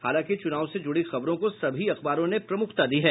हालांकि चुनाव से जुड़ी खबरों को सभी अखबारों ने प्रमुखता दी है